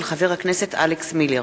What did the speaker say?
של חבר הכנסת אלכס מילר.